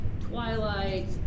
Twilight